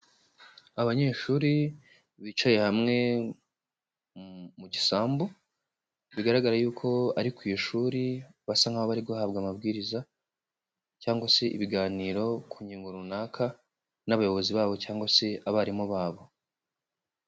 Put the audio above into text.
Abanyeshuri bicaye hamwe mu gisambu, bigaragara yuko ari ku ishuri, basa nkaho bari guhabwa amabwiriza cyangwa se ibiganiro ku nyungu runaka n'abayobozi babo cyangwa se abarimu babo.